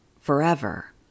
forever